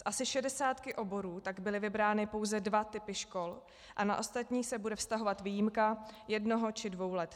Z asi 60 oborů tak byly vybrány pouze dva typy škol a na ostatní se bude vztahovat výjimka jednoho či dvou let.